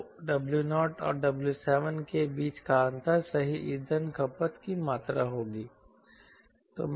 तो W0 और W7 के बीच का अंतर सही ईंधन खपत की मात्रा होगी